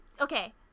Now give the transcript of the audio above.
okay